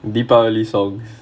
deepavali songs